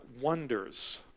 wonders